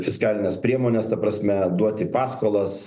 fiskalines priemones ta prasme duoti paskolas